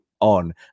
on